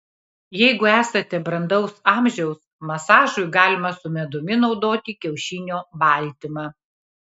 jeigu esate brandaus amžiaus masažui galima su medumi naudoti kiaušinio baltymą